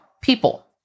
people